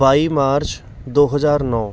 ਬਾਈ ਮਾਰਚ ਦੋ ਹਜ਼ਾਰ ਨੌ